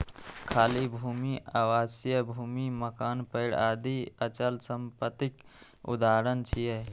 खाली भूमि, आवासीय भूमि, मकान, पेड़ आदि अचल संपत्तिक उदाहरण छियै